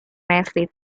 nicely